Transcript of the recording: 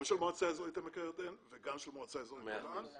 גם של מועצה אזורית עמק הירדן וגם של מועצה אזורית --- אני מהלשכה